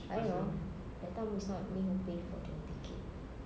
I don't know that time was not me who pay for the ticket